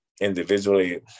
individually